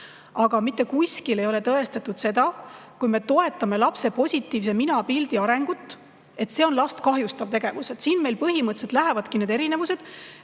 Aga mitte kuskil ei ole tõestatud seda, et kui me toetame lapse positiivse minapildi arengut, et see on last kahjustav tegevus. Siin meil põhimõtteliselt lähevadki [arusaamad